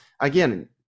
again